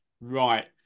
right